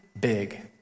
big